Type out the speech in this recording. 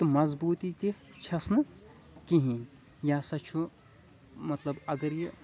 تہٕ مضبوٗطی تہِ چھس نہٕ کہیٖنۍ یہِ ہسا چھُ مطلب اگر یہِ